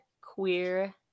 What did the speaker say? queer